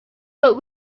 but